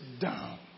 down